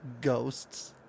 Ghosts